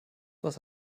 was